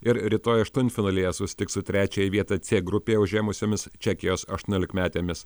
ir rytoj aštuntfinalyje susitiks su trečiąją vietą c grupėje užėmusiomis čekijos aštuoniolikmetėmis